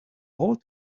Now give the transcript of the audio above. all